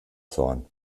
zorn